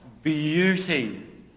Beauty